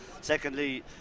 Secondly